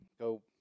Go